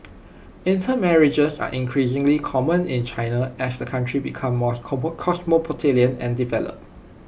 intermarriages are increasingly common in China as the country becomes more cosmopolitan and developed